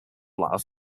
love